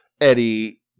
Eddie